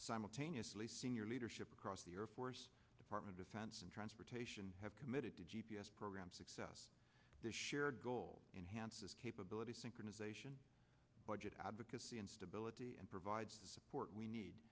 simultaneously senior leadership across the air force department defense and transportation have committed to g p s program success is shared goal enhances capability synchronization budget advocacy and stability and provides the support we need